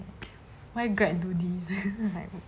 why greg do this like